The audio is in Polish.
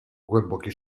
głęboki